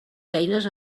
feines